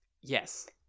Yes